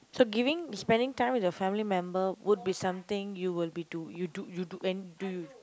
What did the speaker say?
so giving spending time with your family member would be something you will be do you do you do when do